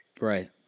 Right